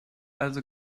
also